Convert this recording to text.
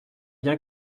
bien